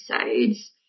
episodes